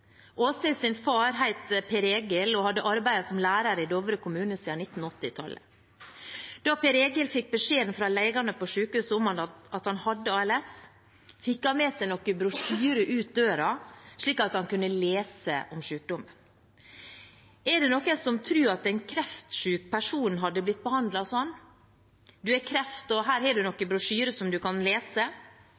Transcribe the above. far het Per Egil og hadde arbeidet som lærer i Dovre kommune siden 1980-tallet. Da Per Egil fikk beskjeden fra legene på sykehuset om at han hadde ALS, fikk han med seg noen brosjyrer på vei ut døren, slik at han kunne lese om sykdommen. Er det noen som tror at en kreftsyk person hadde blitt behandlet slik? «Du har kreft, og her har du noen brosjyrer som du kan lese.»